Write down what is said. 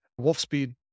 Wolfspeed